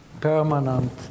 permanent